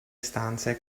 stanze